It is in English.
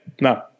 no